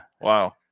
Wow